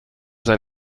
sein